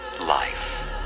life